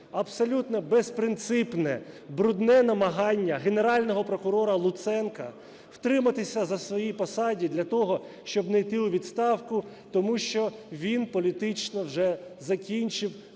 абсолютно безпринципне, брудне намагання Генерального прокурора Луценка втриматися на своїй посаді для того, щоб не йти у відставку, тому що він політично вже закінчив